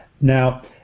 Now